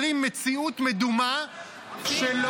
זה הבסיס --- פעם אחת ביקרת?